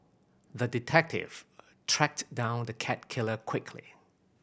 the detective tracked down the cat killer quickly